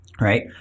right